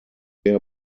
their